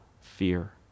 fear